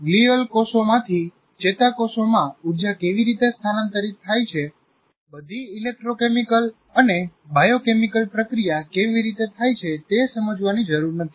glial કોષોમાંથી ચેતાકોષમાં ઉર્જા કેવી રીતે સ્થાનાંતરિત થાય છે બધી ઇલેક્ટ્રોકેમિકલ અને બાયોકેમિકલ પ્રક્રિયા કેવી રીતે થાય છે - તે સમજવાની જરૂર નથી